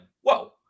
whoa